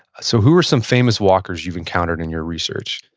so, who are some famous walkers you've encountered in your research?